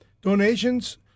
donations